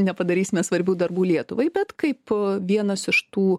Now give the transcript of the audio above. nepadarysime svarbių darbų lietuvai bet kaip vienas iš tų